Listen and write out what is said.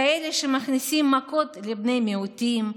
כאלה שמכניסים מכות לבני מיעוטים,